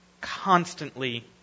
constantly